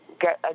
get